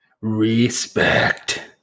Respect